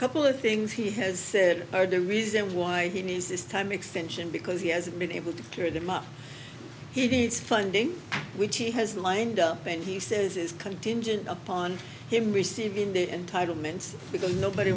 couple of things he has said or do reasons why he needs this time extension because he hasn't been able to care that much he needs funding which he has lined up and he says is contingent upon him receiving the entitlements because nobody